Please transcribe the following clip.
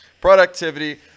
Productivity